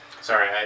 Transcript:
Sorry